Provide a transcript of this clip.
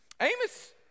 Amos